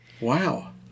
Wow